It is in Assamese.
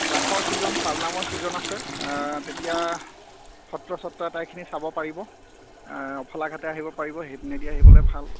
ৰাসৰ চিজন পাল নামৰ চিজন আছে তেতিয়া সত্ৰ চত্ৰ আটাইখিনি চাব পাৰিব অফলা ঘাটে আহিব পাৰিব সেইপিনে দি আহিবলৈ ভাল